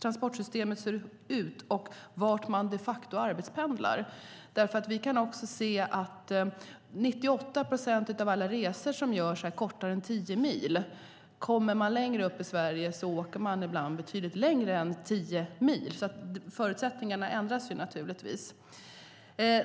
transportsystemet ser ut och vart man de facto arbetspendlar. Vi kan se att 98 procent av alla resor som görs är kortare än tio mil. Längre upp i Sverige åker man ibland betydligt längre än tio mil. Förutsättningarna är naturligtvis olika.